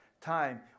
time